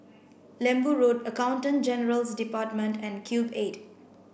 Lembu Road Accountant General's Department and Cube eight